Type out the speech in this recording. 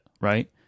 right